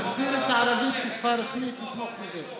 תחזיר את הערבית כשפה רשמית, נתמוך בחוק.